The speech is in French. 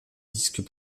disques